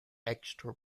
extra